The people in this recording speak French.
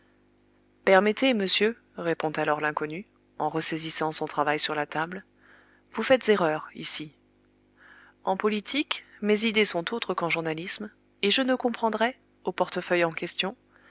permettez monsieur répond alors l'inconnu en ressaisissant son travail sur la table vous faites erreur ici en politique mes idées sont autres qu'en journalisme et je ne comprendrais au portefeuille en question